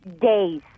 days